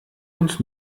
uns